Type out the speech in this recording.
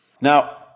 Now